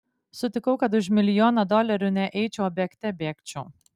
sutikau kad už milijoną dolerių ne eičiau o bėgte bėgčiau